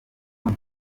kuko